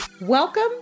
Welcome